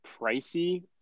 pricey